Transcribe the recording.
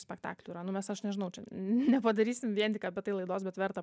spektaklių yra nu mes aš nežinau čia nepadarysim vien tik apie tai laidos bet verta